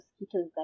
mosquitoes